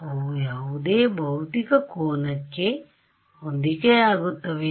ಅವು ಯಾವುದೇ ಭೌತಿಕ ಕೋನಕ್ಕೆ ಹೊಂದಿಕೆಯಾಗುತ್ತವೆಯೇ